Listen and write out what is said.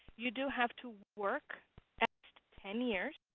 you do have to work at least ten years